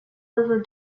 river